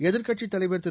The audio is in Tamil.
எதிர்க்கட்சித் தலைவர் திரு